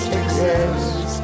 exist